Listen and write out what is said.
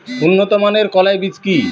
উন্নত মানের কলাই বীজ কি?